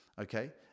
okay